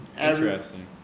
Interesting